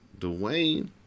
Dwayne